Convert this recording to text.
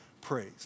praise